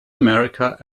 america